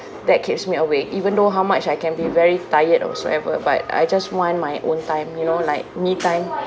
that keeps me awake even though how much I can be very tired or whatsoever but I just want my own time you know like me time